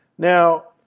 now,